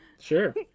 Sure